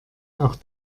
auch